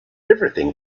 everything